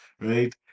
right